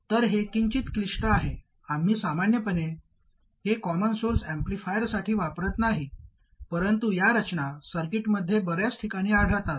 तर हे किंचित क्लिष्ट आहे आम्ही सामान्यपणे हे कॉमन सोर्स ऍम्प्लिफायरसाठी वापरत नाही परंतु या रचना सर्किटमध्ये बर्याच ठिकाणी आढळतात